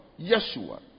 Yeshua